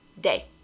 day